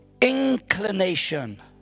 Inclination